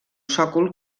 sòcol